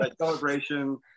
celebration